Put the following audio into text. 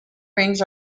rings